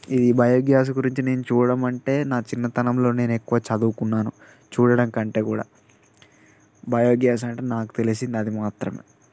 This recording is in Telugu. ఇది బయోగ్యాస్ గురించి నేను చూడడం అంటే నా చిన్నతనంలో నేను ఎక్కువ చదువుకున్నాను చూడడం కంటే కూడా బయోగ్యాస్ అంటే నాకు తెలిసింది అది మాత్రమే